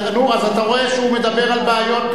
נו, אז אתה רואה שהוא מדבר על בעיות?